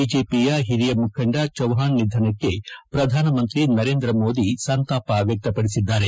ಬಿಜೆಪಿಯ ಹಿರಿಯ ಮುಖಂಡ ಚೌಹಾಣ್ ನಿಧನಕ್ಕೆ ಪ್ರಧಾನಮಂತ್ರಿ ನರೇಂದ್ರ ಮೋದಿ ಸಂತಾಪ ವ್ಯಕ್ತಪಡಿಸಿದ್ದಾರೆ